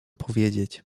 powiedzieć